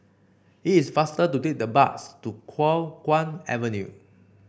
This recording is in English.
it is faster to take the bus to Kuo Chuan Avenue